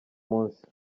munsi